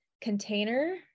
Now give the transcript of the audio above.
container